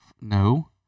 no